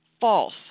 false